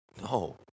no